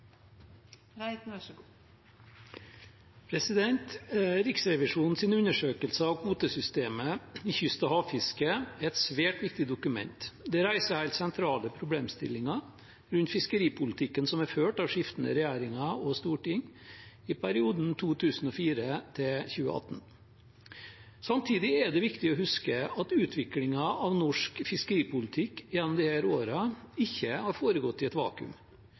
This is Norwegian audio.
et svært viktig dokument. Det reiser helt sentrale problemstillinger rundt fiskeripolitikken som er ført av skiftende regjeringer og storting i perioden 2004–2018. Samtidig er det viktig å huske at utviklingen av norsk fiskeripolitikk gjennom disse årene ikke har foregått i et vakuum.